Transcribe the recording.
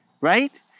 right